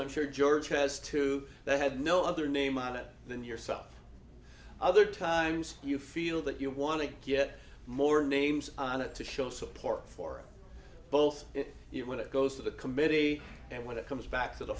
i'm sure george has to have no other name on it than yourself other times you feel that you want to get more names on it to show support for both you when it goes to the committee and when it comes back to the